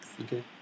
Okay